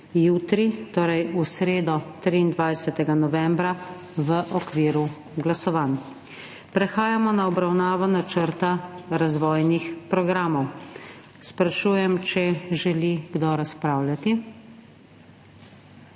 jutri, torej v sredo, 23. novembra, v okviru glasovanj. Prehajamo na obravnavonačrta razvojnih programov. Sprašujem, ali želi kdo razpravljati.